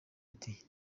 ati